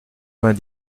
vingt